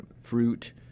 fruit